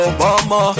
Obama